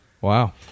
Wow